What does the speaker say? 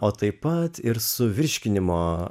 o taip pat ir su virškinimo